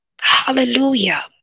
hallelujah